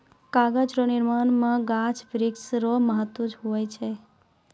कागज रो निर्माण मे गाछ वृक्ष रो महत्ब हुवै छै